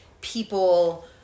people